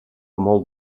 molt